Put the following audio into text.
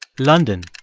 london,